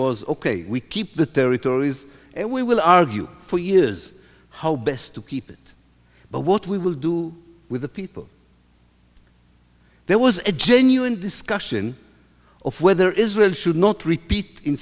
was ok we keep the territories and we will argue for years how best to keep it but what we will do with the people there was a genuine discussion of whether israel should not repeat in